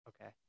Okay